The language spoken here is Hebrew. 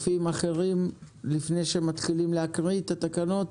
לפני שמתחילים להקריא את התקנות,